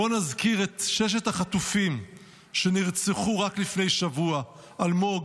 בואו נזכיר את ששת החטופים שנרצחו רק לפני שבוע: אלמוג,